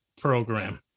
program